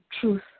Truth